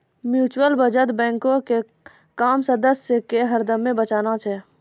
mutual बचत बैंको के काम सदस्य के हरदमे बचाना छै